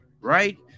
right